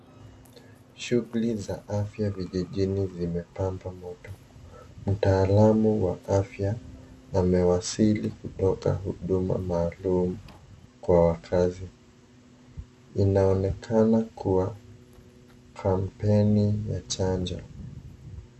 Shughuli za afya vijijini vya mapambo mengi. Mtaalamu wa afya amewasili kutoka huduma maalum kwa wakazi. Inaonekana kuwa kampeni ya chanjo.